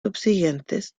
subsiguientes